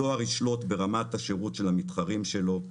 הדואר ישלוט ברמת השירות של המתחרים שלו,